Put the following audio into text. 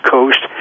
Coast